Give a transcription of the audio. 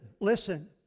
listen